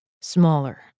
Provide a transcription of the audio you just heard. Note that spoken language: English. Smaller